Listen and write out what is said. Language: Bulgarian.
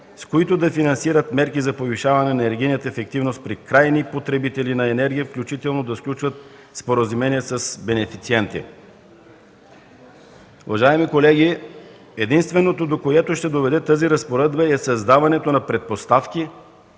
с които да финансират мерки за повишаване на енергийната ефективност при крайни потребители на енергия, включително да сключват споразумения с бенефициенти.” Уважаеми колеги, единственото, до което ще доведе тази разпоредба, е създаването на предпоставки